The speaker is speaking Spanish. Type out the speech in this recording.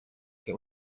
que